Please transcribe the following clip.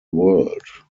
world